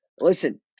Listen